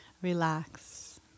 Relax